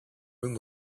room